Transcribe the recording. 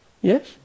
yes